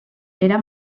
era